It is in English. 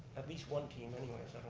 at least one team anyways.